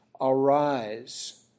arise